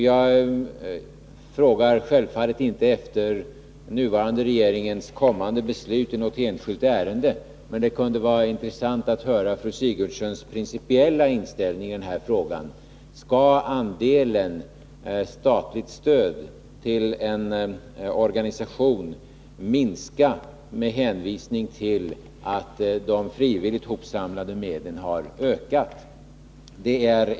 Jag frågar självfallet inte efter den nuvarande regeringens kommande beslut i något enskilt ärende, men det kunde vara intressant att höra fru Sigurdsens principiella inställning i den här frågan: Skall andelen statligt stöd till en organisation minska med hänvisning till att de frivilligt hopsamlade medlen har ökat?